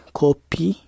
copy